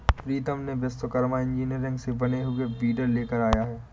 प्रीतम ने विश्वकर्मा इंजीनियरिंग से बने हुए वीडर लेकर आया है